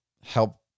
help